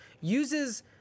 Uses